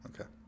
Okay